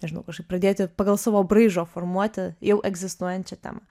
nežinau kažkaip pradėti pagal savo braižą formuoti jau egzistuojančią temą